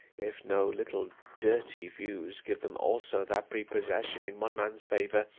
if no little dirty views give them also that prepossession in one man's favour,